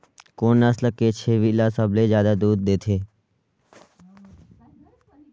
कोन नस्ल के छेरी ल सबले ज्यादा दूध देथे?